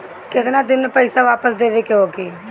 केतना दिन में पैसा वापस देवे के होखी?